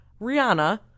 Rihanna